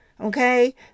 okay